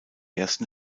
ersten